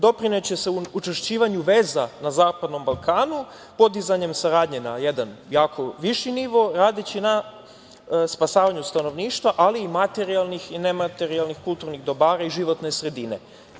Doprineće se učvršćivanju veza na Zapadnom Balkanu podizanjem saradnje na jedan viši nivo, radeći na spasavanju stanovništva, ali i materijalnih i nematerijalnih kulturnih dobara i životne sredine.